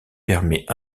permet